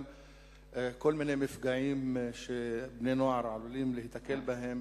כל מיני מפגעים שבני-נוער עלולים להיתקל בהם,